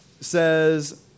says